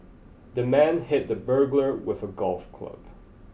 the man hit the burglar with a golf club